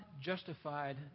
justified